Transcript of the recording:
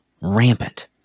rampant